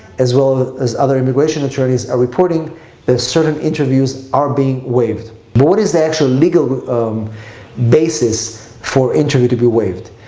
as well as other immigration attorneys are reporting that certain interviews are being waived. what is the actual legal um basis for an interview to be waived?